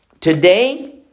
Today